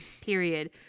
period